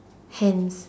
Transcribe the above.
hands